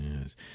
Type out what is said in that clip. yes